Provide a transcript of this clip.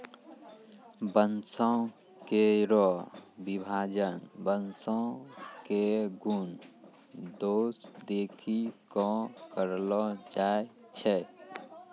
बांसों केरो विभाजन बांसों क गुन दोस देखि कॅ करलो जाय छै